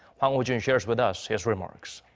hwang hojun shares with us his remarks.